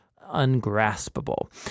ungraspable